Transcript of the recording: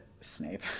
Snape